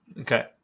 Okay